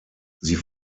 sie